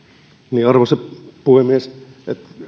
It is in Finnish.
seuraa arvoisa puhemies